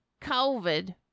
COVID